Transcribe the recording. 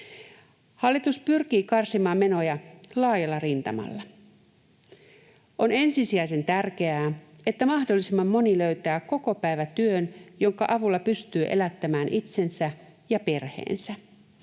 Hallitus pyrkii karsimaan menoja laajalla rintamalla. On ensisijaisen tärkeää, että mahdollisimman moni löytää kokopäivätyön, jonka avulla pystyy elättämään itsensä ja perheensä.